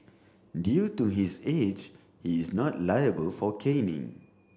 due to his age he is not liable for caning